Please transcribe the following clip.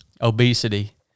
obesity